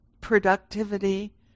productivity